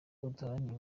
udaharanira